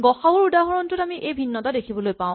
গ সা উ ৰ উদাহৰণটোত আমি এই ভিন্নতা দেখিবলৈ পাওঁ